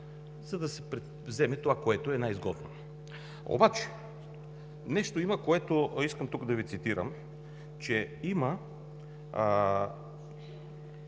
за да се вземе това, което е най-изгодно. Обаче има нещо, което искам тук да Ви цитирам: има